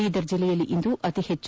ಬೀದರ್ ಜಲ್ಲೆಯಲ್ಲಿ ಇಂದು ಅತಿ ಹೆಚ್ಚು